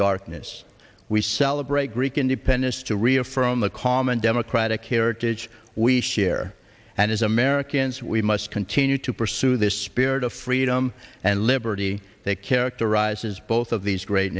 darkness we celebrate greek independence to reaffirm the common democratic heritage we share and as americans we must continue to pursue this spirit of freedom and liberty that characterizes both of these great